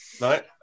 Right